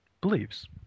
believes